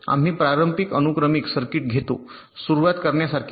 आम्ही पारंपारिक अनुक्रमिक सर्किट घेतो सुरूवात करण्यासारखेच